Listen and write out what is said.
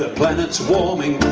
planet's warming,